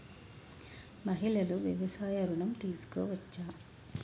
మహిళలు వ్యవసాయ ఋణం తీసుకోవచ్చా?